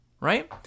right